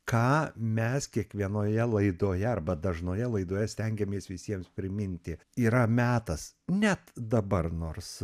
ką mes kiekvienoje laidoje arba dažnoje laidoje stengiamės visiems priminti yra metas net dabar nors